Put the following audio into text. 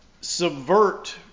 subvert